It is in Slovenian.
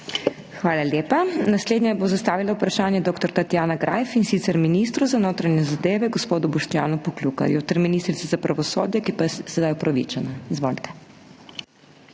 Hvala lepa. Naslednja bo zastavila vprašanje dr. Tatjana Greif, in sicer ministru za notranje zadeve, gospodu Boštjanu Poklukarju, ter ministrici za pravosodje, ki pa je sedaj opravičena. Izvolite.